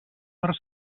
per